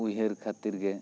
ᱩᱭᱦᱟᱹᱨ ᱠᱷᱟᱹᱛᱤᱨ ᱜᱮ